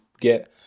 get